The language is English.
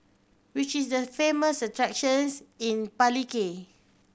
which is the famous attractions in Palikir